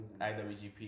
IWGP